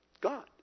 God